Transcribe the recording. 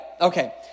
Okay